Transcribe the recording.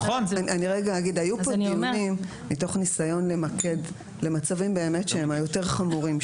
היו כאן דיונים מתוך ניסיון למקד למצבים שהם היותר חמורים,